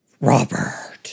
Robert